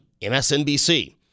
MSNBC